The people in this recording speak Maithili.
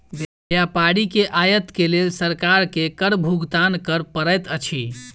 व्यापारी के आयत के लेल सरकार के कर भुगतान कर पड़ैत अछि